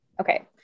okay